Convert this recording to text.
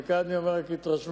וכאן אני אומר רק מהתרשמות: